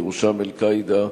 ובראשם "אל-קאעידה",